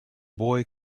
boy